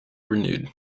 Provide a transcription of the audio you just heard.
renewed